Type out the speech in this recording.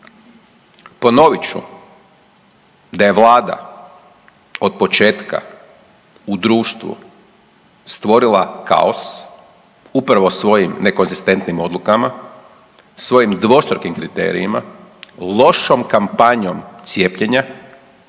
Ponovit ću da je vlada otpočetka u društvu stvorila kaos upravo svojim nekonzistentnim odlukama, svojim dvostrukim kriterijima, lošom kampanjom cijepljenja,